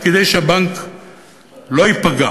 כדי שהבנק לא ייפגע